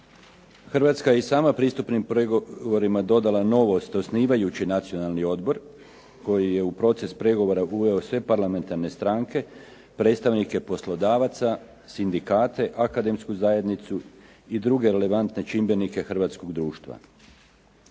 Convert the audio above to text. Hrvatska je i samim pristupnim pregovorima dodala novost osnivajući Nacionalni odbor koji je u proces pregovora uveo sve parlamentarne stranke, predstavnike poslodavaca, sindikate, akademsku zajednicu i druge relevantne čimbenike hrvatskog društva.